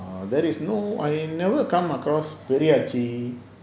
err there is no err I never come across Periyachi